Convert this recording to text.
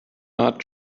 not